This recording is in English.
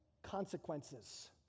consequences